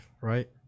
Right